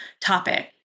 topic